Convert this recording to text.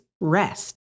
rest